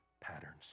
patterns